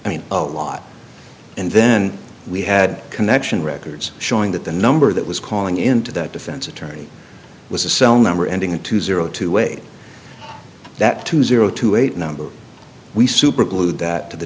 i mean a lot and then we had connection records showing that the number that was calling into that defense attorney was a cell number ending in two zero two way that to zero to eight numbers we superglued that to the